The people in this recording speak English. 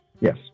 Yes